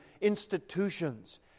institutions